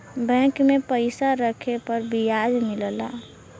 bank में पइसा रखे पर बियाज मिलला